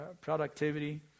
productivity